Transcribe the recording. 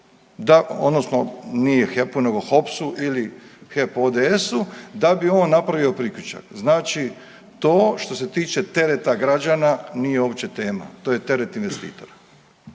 odnosno nije HEP-u nego HOPS-u ili HEP ODS-u da bi on napravio priključak. Znači to što se tiče tereta građana nije uopće tema, to je teret investitora.